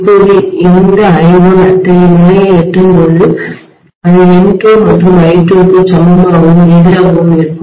இப்போது இந்த I1 அத்தகைய நிலையை எட்டும் அது N2 மற்றும் I2 க்கு சமமாகவும் எதிராகவும் இருக்கும்